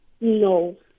No